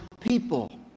people